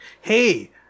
hey